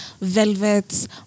velvets